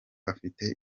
afite